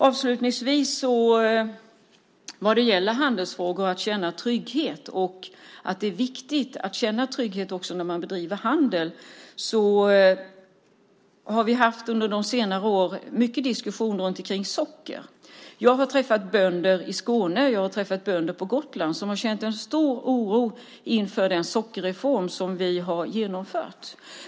Avslutningsvis handlar det om att känna trygghet i handelsfrågor. Det är viktigt att känna trygghet också när man bedriver handel. Under senare år har vi fört många diskussioner om socker. Jag har träffat bönder i Skåne och bönder på Gotland som har känt stor oro inför den sockerreform som vi har genomfört.